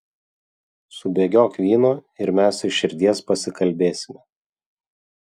subėgiok vyno ir mes iš širdies pasikalbėsime